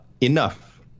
enough